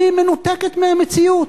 היא מנותקת מהמציאות.